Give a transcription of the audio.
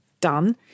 done